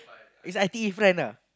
it's I_T_E friend ah